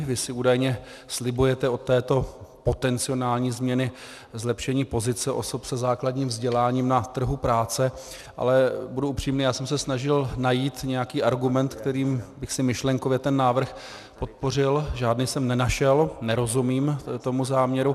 Vy si údajně slibujete od této potenciální změny zlepšení pozice osob se základním vzděláním na trhu práce, ale budu upřímný, já jsem se snažil najít nějaký argument, kterým bych si myšlenkově ten návrh podpořil, žádný jsem nenašel, nerozumím tomu záměru.